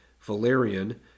Valerian